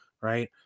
right